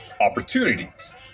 opportunities